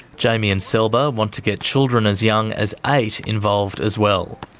jamy and selba want to get children as young as eight involved as well.